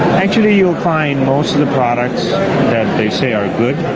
actually you'll find most of the products that they say are good,